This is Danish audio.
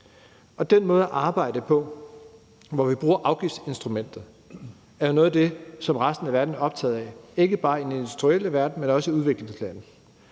Den måde at arbejde på, hvor vi bruger afgiftsinstrumentet, er noget af det, som resten af verden er optaget af, ikke bare i den industrielle verden, men også i udviklingslande.